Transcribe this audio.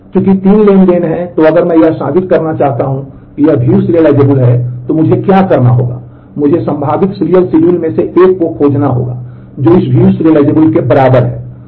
चूंकि तीन ट्रांज़ैक्शन हैं तो अगर मैं यह साबित करना चाहता हूं कि अगर यह view serializable है तो मुझे क्या करना होगा मुझे संभावित सीरियल शेड्यूल में से एक खोजना होगा जो इस view serializable के बराबर है